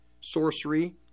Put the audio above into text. sorcery